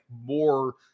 more